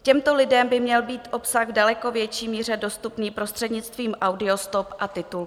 Těmto lidem by měl být obsah v daleko větší míře dostupný prostřednictvím audiostop a titulků.